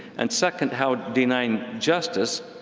and second, how denying justice,